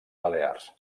balears